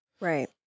Right